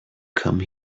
come